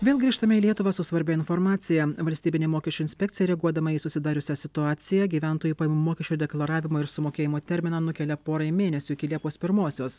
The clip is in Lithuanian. vėl grįžtame į lietuvą su svarbia informacija valstybinė mokesčių inspekcija reaguodama į susidariusią situaciją gyventojų pajamų mokesčio deklaravimo ir sumokėjimo terminą nukelia porai mėnesių iki liepos pirmosios